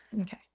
Okay